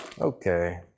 Okay